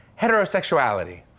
heterosexuality